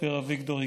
מספר אביגדור,